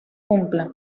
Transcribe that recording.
cumpla